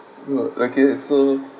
orh okay so